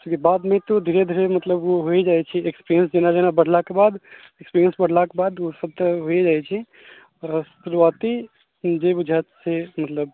बादमे तऽ धीरे धीरे मतलब ओ हो ही जाइत छै कि एक्सपिरियन्स जेना जेना बढ़लाके बाद एक्सपिरियन्स बढ़लाके बाद ओसभ तऽ हो ही जाइ छै आओर शुरुआती जे बुझाए से मतलब